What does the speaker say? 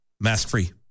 mask-free